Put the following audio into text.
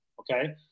Okay